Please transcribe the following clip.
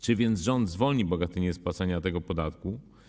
Czy więc rząd zwolni Bogatynię z płacenia tego podatku?